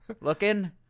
Looking